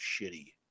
shitty